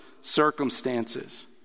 circumstances